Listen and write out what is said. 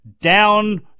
down